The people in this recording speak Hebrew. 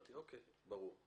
ברור.